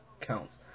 counts